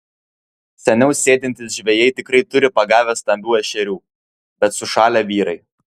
seniau sėdintys žvejai tikrai turi pagavę stambių ešerių bet sušalę vyrai